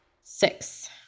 Six